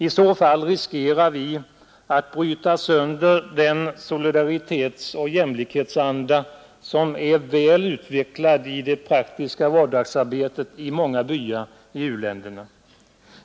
I så fall riskerar vi att bryta sönder den solidaritetsoch jämlikhetsanda som är väl utvecklad i det praktiska vardagsarbetet i många byar i u-länderna.